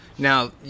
Now